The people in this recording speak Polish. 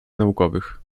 naukowych